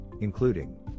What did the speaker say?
including